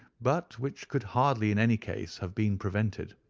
but which could hardly in any case have been prevented.